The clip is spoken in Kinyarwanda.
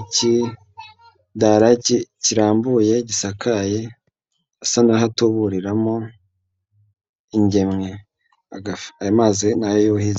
ikidaraki kirambuye, gisakaye asa n'aho atuburiramo ingemwe. Ayo mazi ni ayo yuhiza.